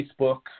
Facebook